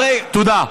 תודה.